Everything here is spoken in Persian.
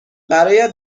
برایت